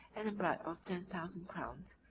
and a bribe of ten thousand crowns,